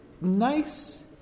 nice